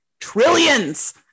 trillions